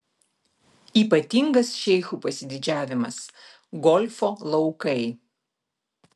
ypatingas šeichų pasididžiavimas golfo laukai